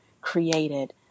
created